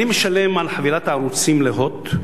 אני משלם על חבילת הערוצים ל"הוט",